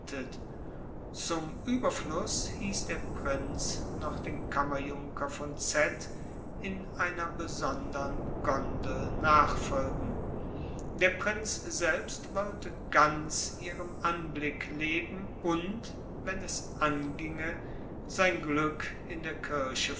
zum überfluß hieß der prinz noch den kammerjunker von z in einer besondern gondel nachfolgen der prinz selbst wollte ganz ihrem anblick leben und wenn es anginge sein glück in der kirche